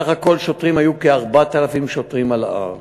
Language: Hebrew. סך הכול היו כ-4,000 שוטרים על ההר.